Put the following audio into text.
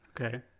Okay